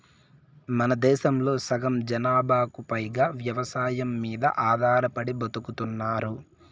మనదేశంలో సగం జనాభాకు పైగా వ్యవసాయం మీద ఆధారపడి బతుకుతున్నారు